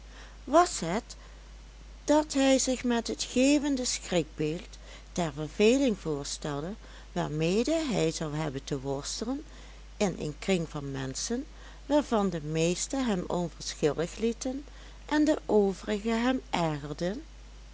was het dat hij zich het geeuwende schrikbeeld der verveling voorstelde waarmede hij zou hebben te worstelen in een kring van menschen waarvan de meeste hem onverschillig lieten en de overige hem